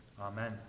Amen